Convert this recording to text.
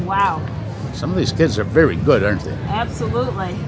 wow some of these kids are very good answer absolutely